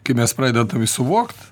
kai mes pradedam tai suvokt